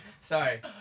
sorry